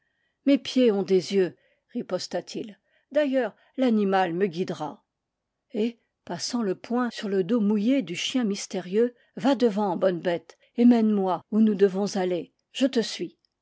mes pieds ont des yeux riposta t il d'ailleurs l'animal me guidera et passant le poing sur le dos mouillé du chien mys térieux va devant bonne bête et mène-moi où nous devons ahr je te suis